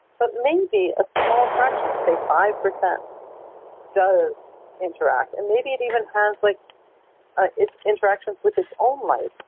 but maybe a small fraction say five percent does interact. and maybe it even has like its interactions with its own light.